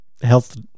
health